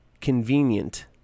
convenient